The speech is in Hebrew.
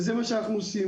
וזה מה שאנחנו עושים.